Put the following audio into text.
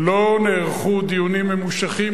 לא נערכו דיונים ממושכים,